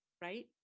right